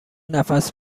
نفس